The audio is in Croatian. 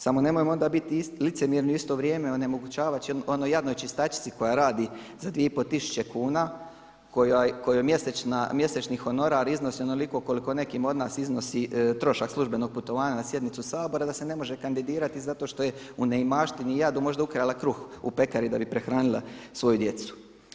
Samo nemojmo onda biti licemjerni u isto vrijeme onemogućavajući onoj jadnoj čistačici koja radi za 2500 tisuća kuna, kojoj mjesečni honorar iznosi onoliko koliko nekima od nas iznosi trošak službenog putovanja na sjednicu Sabora da se ne može kandidirati zato što je u neimaštini i jadu možda ukrala kruh u pekari da bi prehranila svoju djecu.